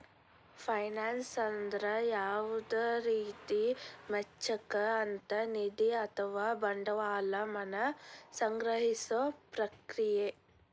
finance ಅಂದ್ರ ಯಾವುದ ರೇತಿ ವೆಚ್ಚಕ್ಕ ಅಂತ್ ನಿಧಿ ಅಥವಾ ಬಂಡವಾಳ ವನ್ನ ಸಂಗ್ರಹಿಸೊ ಪ್ರಕ್ರಿಯೆ